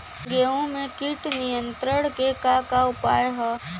गेहूँ में कीट नियंत्रण क का का उपाय ह?